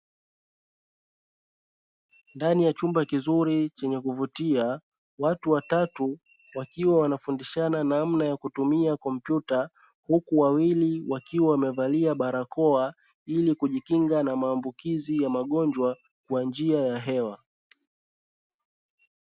Ndani ya chumba kizuri chenye kuvutia watu watatu wakiwa wanafundishana namna ya kutumia komputa, huku wawili wakiwa wamevalia barakoa, ilikujikinga na maambukizi ya magonjwa kwa njia ya hewa.